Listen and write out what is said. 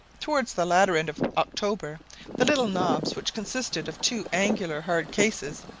towards the latter end of october the little knobs, which consisted of two angular hard cases,